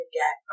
get